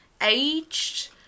aged